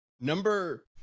number